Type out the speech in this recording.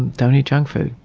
don't eat junk food.